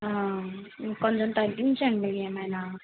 ఇంకొంచం తగ్గించండి ఏమైనా